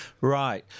Right